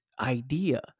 idea